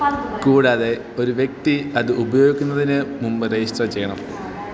കൂടാതെ ഒരു വ്യക്തി അത് ഉപയോഗക്കുന്നതിനുമുമ്പ് രജിസ്റ്റർ ചെയ്യണം